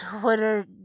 Twitter